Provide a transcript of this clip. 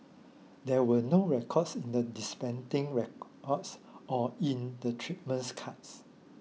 there were no records in the dispensing records or in the treatments cards